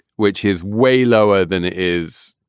which is way lower than it is.